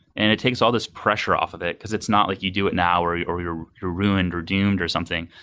and it takes all this pressure off of it because it's not like you do it now or or you're you're ruined or doomed or something.